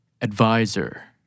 Advisor